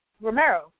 Romero